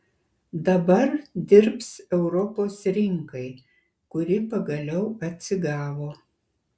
dabar dirbs europos rinkai kuri pagaliau atsigavo